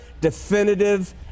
definitive